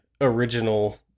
original